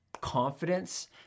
confidence